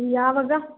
ಯಾವಾಗ